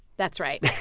that's right